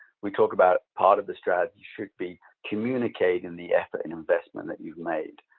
we talk about part of the strategy should be communicating the effort and investment that you've made,